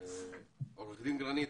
עורך הדין גרנית,